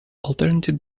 alternative